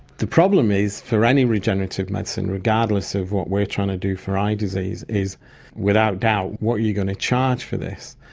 the problem is for any regenerative medicine, regardless of what we're trying to do for eye disease, is without doubt what are you going to charge for this?